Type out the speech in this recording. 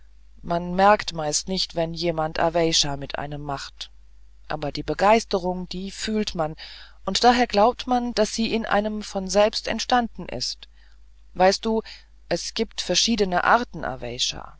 man merkt meist nicht wenn jemand aweysha mit einem macht aber die begeisterung die fühlt man und daher glaubt man daß sie in einem von selbst entstanden ist weißt du es gibt verschiedene arten